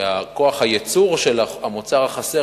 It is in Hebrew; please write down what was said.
שכוח הייצור של המוצר החסר,